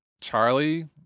Charlie